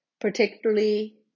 particularly